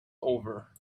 over